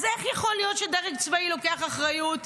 אז איך יכול להיות שדרג צבאי לוקח אחריות,